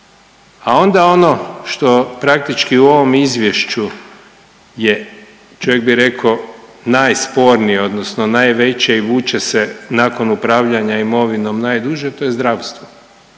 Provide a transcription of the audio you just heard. A onda ono što praktički u ovom izvješću je čovjek bi rekao najspornije odnosno najveće i vuče se nakon upravljanja imovinom najduže to je zdravstvo.